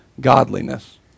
godliness